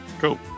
Cool